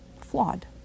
flawed